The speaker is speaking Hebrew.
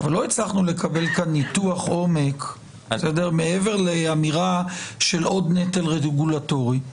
אבל לא הצלחנו לקבל כאן ניתוח עומק מעבר לאמירה של עוד נטל רגולטורי,